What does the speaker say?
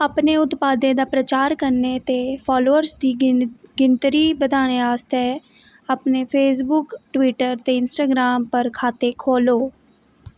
अपने उत्पादें दा प्रचार करने ते फालोअर्स दी गिन गिनतरी बधाने आस्तै अपने फेसबुक टवीटर ते इंस्टाग्राम पर खाते खोह्ल्लो